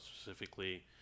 specifically